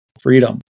freedom